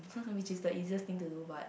which is the easiest thing to do but